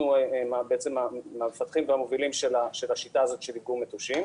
אנחנו מהמפתחים והמובילים של השיטה הזאת של איגום מטושים,